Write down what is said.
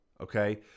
Okay